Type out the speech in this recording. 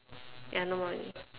ya no more already